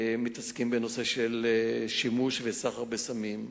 מתעסקים בנושא של שימוש וסחר בסמים.